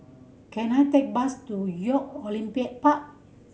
can I take bus to Youth Olympic Park